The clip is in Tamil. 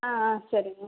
ஆ ஆ சரிங்க